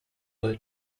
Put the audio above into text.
were